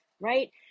right